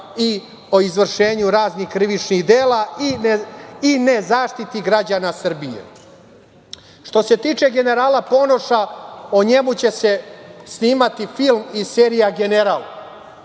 i o izvršenju raznih krivičnih dela i nezaštiti građana Srbije. Što se tiče generala Ponoša, o njemu će se snimati film i serija „General“.